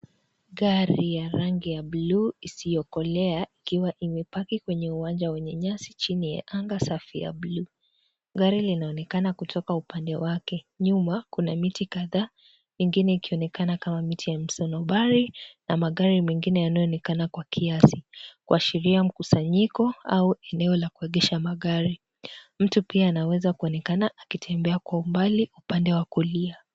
Gari ya rangi ya bluu isiokolea ikiwa imepaki kwenye uwanja wenye nyasi chini ya anga safi ya bluu. Gari linaonekana kutoka upande wake. Nyuma kuna miti kadhaa ingine ikionekana kama mti ya msonono. Mbali na magari mengine yanayoonekana kwa kiasi kuashiria mkusanyiko au eneo la kuegesha magari. Mtu pia anaweza kuonekana akitembea ka umbali upande wa kulia.